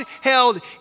held